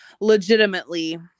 legitimately